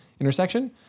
intersection